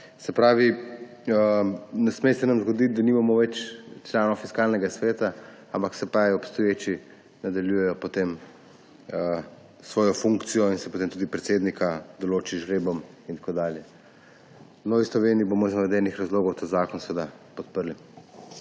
dalje. Ne sme se nam zgoditi, da nimamo več članov Fiskalnega sveta, ampak obstoječi nadaljujejo potem svojo funkcijo in se potem tudi predsednika določi z žrebom in tako dalje. V Novi Sloveniji bomo iz navedenih razlogov ta zakon seveda podprli.